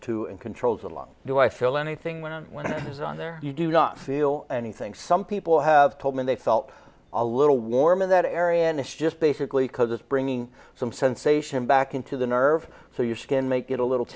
to and controls along do i feel anything when i was on there you do not feel anything some people have told me they felt a little warm in that area and it's just basically because it's bringing some sensation back into the nerve so your skin make it a little